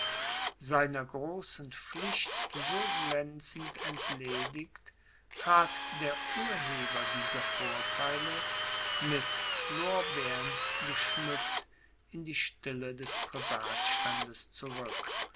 seiner großen pflicht so glänzend entledigt trat der urheber dieser vortheile mit lorbeern geschmückt in die stille des privatstandes zurück